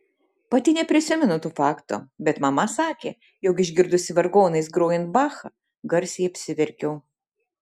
pati neprisimenu to fakto bet mama sakė jog išgirdusi vargonais grojant bachą garsiai apsiverkiau